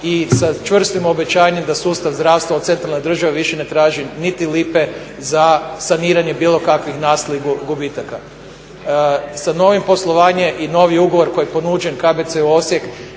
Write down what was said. i sa čvrstim obećanjem da sustav zdravstva u centralnoj državi više ne traži niti lipe za saniranje bilo kakvih nastalih gubitaka. Sa novim poslovanjem i novim ugovorom koji je ponuđen KBC-u Osijek